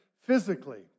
physically